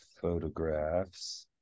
photographs